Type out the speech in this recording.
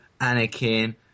Anakin